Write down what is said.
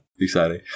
exciting